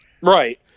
Right